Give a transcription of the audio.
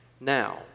now